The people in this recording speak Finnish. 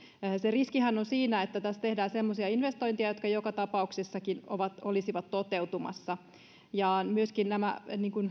riskihän on siinä että tässä tehdään semmoisia investointeja jotka joka tapauksessakin olisivat toteutumassa myöskään nämä